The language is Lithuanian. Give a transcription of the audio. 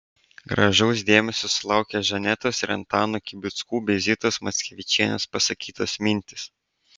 gražaus dėmesio sulaukė žanetos ir antano kibickų bei zitos mackevičienės pasakytos mintys